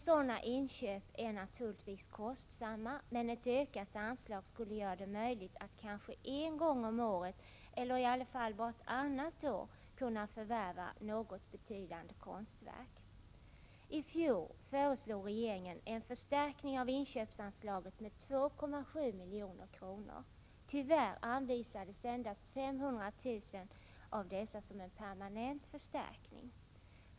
Sådana inköp är naturligtvis kostsamma, men ett ökat anslag = Prot. 1986/87:89 skulle göra det möjligt att kanske en gång om året — eller i alla fall en gång 18 mars 1987 vartannat år — förvärva något betydande konstverk. I fjol föreslog regeringen en förstärkning av inköpsanslaget med 2,7 milj.kr. Tyvärr anvisades endast 500 000 kr. av dessa som en permanent förstärkning.